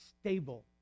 stable